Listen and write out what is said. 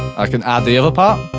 i can add the other part.